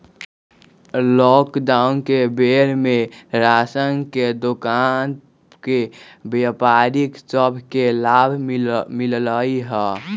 lockdown के बेर में राशन के दोकान के व्यापारि सभ के लाभ मिललइ ह